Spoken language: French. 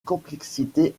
complexité